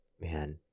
man